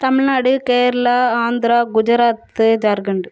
Tamil Nadu Kerala Andhra Gujarat Jharkhand